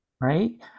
right